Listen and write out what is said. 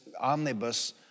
omnibus